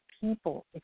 people